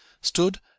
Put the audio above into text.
stood